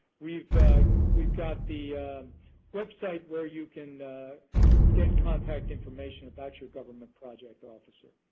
we've like we've got the website where you can get contact information about your government project officer.